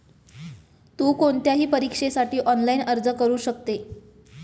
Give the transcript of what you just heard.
तु कोणत्याही परीक्षेसाठी ऑनलाइन अर्ज करू शकते